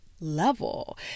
level